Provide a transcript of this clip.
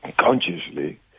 consciously